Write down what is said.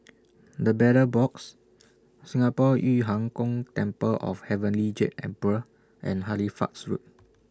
The Battle Box Singapore Yu Huang Gong Temple of Heavenly Jade Emperor and Halifax Road